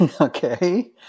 Okay